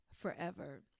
forever